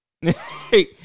hey